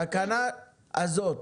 תקנה הזאת.